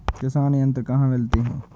किसान यंत्र कहाँ मिलते हैं?